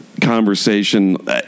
conversation